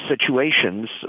situations